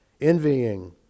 envying